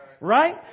Right